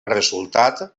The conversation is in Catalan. resultat